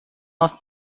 aus